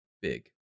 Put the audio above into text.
big